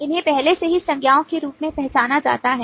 इन्हें पहले से ही संज्ञा के रूप में पहचाना जाता है